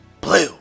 blue